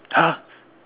!huh!